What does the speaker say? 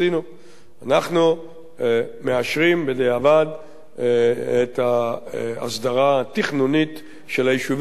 אנחנו מאשרים בדיעבד את ההסדרה התכנונית של היישובים הקיימים האלה,